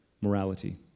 morality